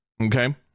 okay